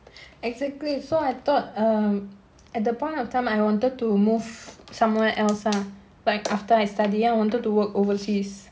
exactly so I thought um at the point of time I wanted to move somewhere else uh like after I study I wanted to work overseas